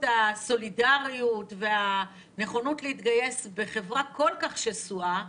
הסולידריות והנכונות להתגייס בחברה כל כך שסועה,